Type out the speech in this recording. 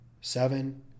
seven